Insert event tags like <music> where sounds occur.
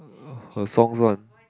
<noise> her songs one